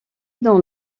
dans